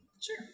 Sure